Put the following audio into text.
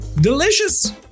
delicious